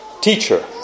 Teacher